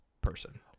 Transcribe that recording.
person